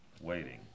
waiting